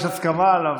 יש הסכמה עליו.